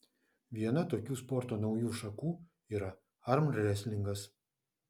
viena tokių sporto naujų šakų yra armrestlingas